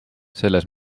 selles